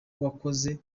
wakoze